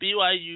BYU